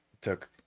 took